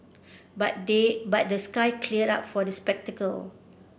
but the but the sky cleared up for the spectacle